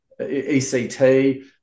ECT